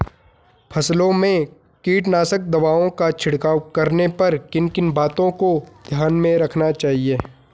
फसलों में कीटनाशक दवाओं का छिड़काव करने पर किन किन बातों को ध्यान में रखना चाहिए?